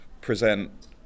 present